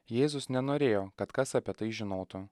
jėzus nenorėjo kad kas apie tai žinotų